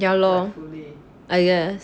yeah lor I guess